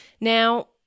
Now